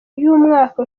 y’umwaka